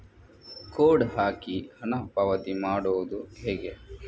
Code ಹಾಕಿ ಹಣ ಪಾವತಿ ಮಾಡೋದು ಹೇಗೆ?